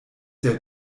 der